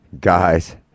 guys